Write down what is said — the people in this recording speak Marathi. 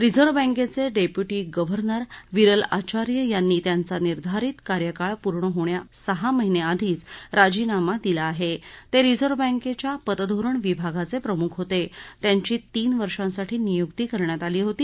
रिझर्व्ह बँकचिडेखुटी गव्हर्नर विरल आचार्य यांनी त्यांचा निधारित कार्यकाळ पूर्ण होण्याआधी सहा महिनिआधीच राजीनामा दिला आहा ब्रारिझर्व्ह बँकच्या पतधोरण विभागाचप्रिमुख होता त्यांची तीन वर्षांसाठी नियुक्ती करण्यात आली होती